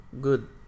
Good